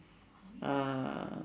uh